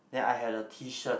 then I had a T-shirt